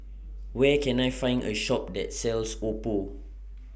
Where Can I Find A Shop that sells Oppo